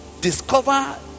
discover